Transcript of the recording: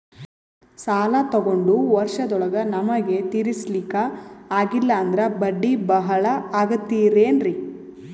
ಸಾಲ ತೊಗೊಂಡು ವರ್ಷದೋಳಗ ನಮಗೆ ತೀರಿಸ್ಲಿಕಾ ಆಗಿಲ್ಲಾ ಅಂದ್ರ ಬಡ್ಡಿ ಬಹಳಾ ಆಗತಿರೆನ್ರಿ?